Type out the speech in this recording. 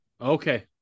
okay